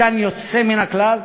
ביקרתי שם, זה מתקן יוצא מן הכלל,